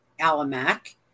Alamac